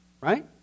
right